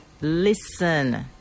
Listen